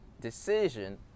decision